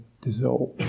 dissolve